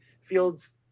Fields